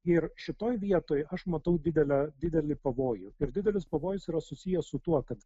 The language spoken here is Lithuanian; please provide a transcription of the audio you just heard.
ir šitoje vietoj aš matau didelę didelį pavojų ir didelis pavojus yra susijęs su tuo kad